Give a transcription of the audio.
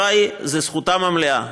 התשובה היא שזו זכותם המלאה.